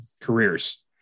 careers